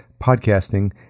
podcasting